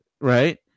right